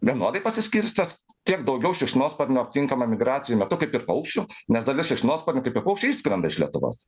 vienodai pasiskirstęs kiek daugiau šikšnosparnio aptinkama migracijų metu kaip ir paukščių nes dalis šikšnosparnių kaip ir paukščiai išskrenda iš lietuvos